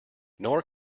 nor